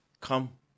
Come